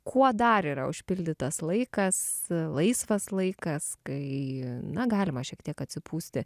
kuo dar yra užpildytas laikas laisvas laikas kai na galima šiek tiek atsipūsti